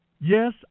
Yes